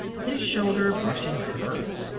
his shoulder brushing hers.